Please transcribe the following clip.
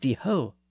ho